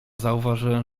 zauważyłem